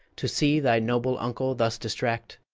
to see thy noble uncle thus distract?